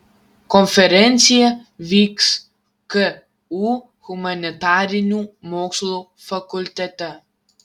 konferencija vyks ku humanitarinių mokslų fakultete